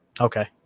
Okay